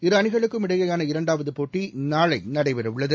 இருஅணிகளுக்கும் இடையேயான இரண்டாவதுபோட்டிநாளைநடைபெறவுள்ளது